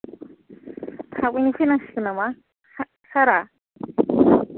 थाबैनो फैनांसिगोन नामा सारा